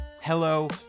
hello